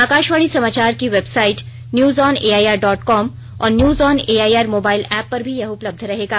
आकाशवाणी समाचार की website news on AIR dot com और news on AIR mobile app पर भी यह उपलब्ध रहेगा